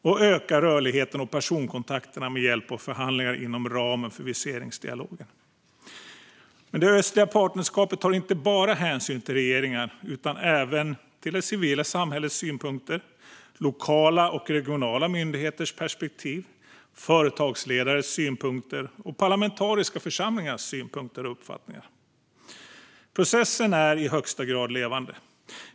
Och de har börjat öka rörligheten och personkontakterna med hjälp av förhandlingar inom ramen för viseringsdialogen. Men det östliga partnerskapet tar inte bara hänsyn till regeringar utan även till det civila samhällets synpunkter, lokala och regionala myndigheters perspektiv, företagsledares synpunkter samt parlamentariska församlingars synpunkter och uppfattningar. Processen är i högsta grad levande.